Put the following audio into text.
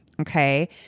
okay